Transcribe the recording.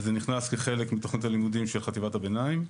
וזה נכנס כחלק מתוכנית הלימודים של חטיבת הביניים.